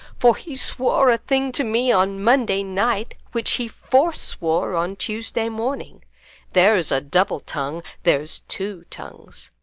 for he swore a thing to me on monday night, which he forswore on tuesday morning there's a double tongue there's two tongues